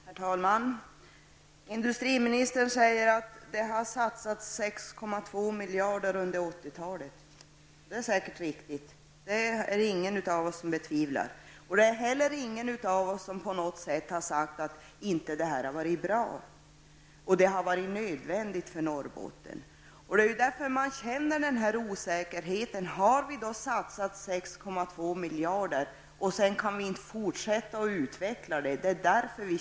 Herr talman! Industriministern säger att 6,2 miljarder har satsats under 80-talet. Ja, det är säkert riktigt. Ingen av oss betvivlar riktigheten i det påståendet. Ingen av oss har heller gjort något som helst uttalande om att detta inte skulle vara bra. Det här har ju varit nödvändigt för Norrbotten. Men det är mot den bakgrunden som vi känner en osäkerhet. Man undrar ju. 6,2 miljarder har alltså satsats. Men sedan går det inte att fortsätta med den här utvecklingen.